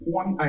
one